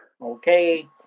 Okay